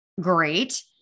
great